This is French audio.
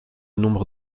nombre